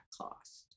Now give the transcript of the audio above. cost